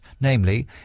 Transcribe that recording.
namely